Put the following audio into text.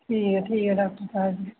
ठीक ऐ ठीक ऐ डाक्टर साह्ब